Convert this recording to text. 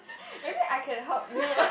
maybe I can help you